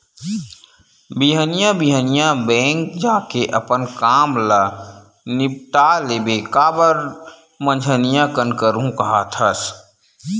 बिहनिया बिहनिया बेंक जाके अपन काम ल निपाट लेबे काबर मंझनिया कन करहूँ काहत हस